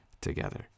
together